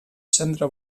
cendra